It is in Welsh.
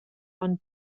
ond